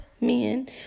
men